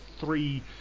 three